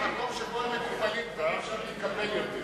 מהמקום שבו הם מקופלים כבר אי-אפשר להתקפל יותר.